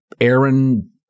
Aaron